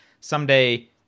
Someday